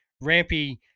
Rampy